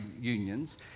unions